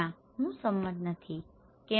ના હું સહમત નહીં કેમ